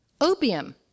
opium